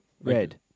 Red